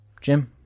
Jim